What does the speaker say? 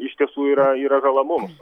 iš tiesų yra yra žala mums